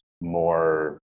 more